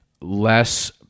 less